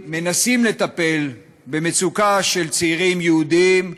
מנסים לטפל, במצוקה של צעירים יהודים,